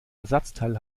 ersatzteil